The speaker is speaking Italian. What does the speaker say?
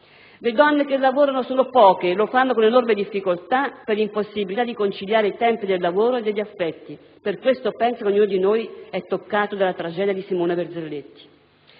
Le donne che lavorano sono poche e lo fanno con enorme difficoltà per l'impossibilità di conciliare i tempi del lavoro e degli affetti. Per questo penso che ognuno di noi sia toccato dalla tragedia di Simona Verzelletti.